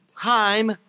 time